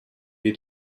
wir